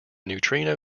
neutrino